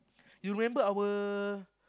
you remember our